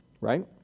right